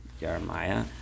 Jeremiah